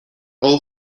all